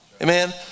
Amen